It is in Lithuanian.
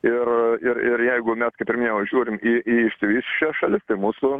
ir ir ir jeigu mes kaip ir minėjau žiūrim į į išsivysčiusias šalis tai mūsų